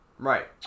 Right